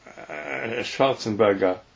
Schwarzenberger